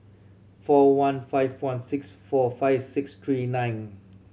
four one five one six four five six three nine